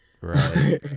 Right